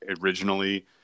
originally